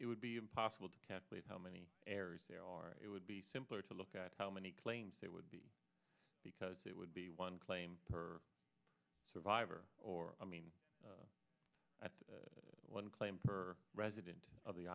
it would be impossible to calculate how many areas there are it would be simpler to look at how many claims that would be because it would be one claim per survivor or i mean at one claim for resident of the